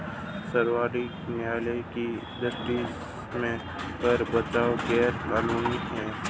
सर्वोच्च न्यायालय की दृष्टि में कर बचाव गैर कानूनी है